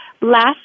last